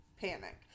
panic